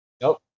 nope